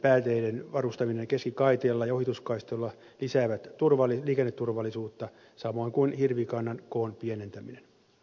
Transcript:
vilkkaimpien pääteiden varustaminen keskikaiteilla ja ohituskaistoilla lisää liikenneturvallisuutta samoin kuin hirvikannan koon pienentäminen